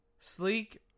sleek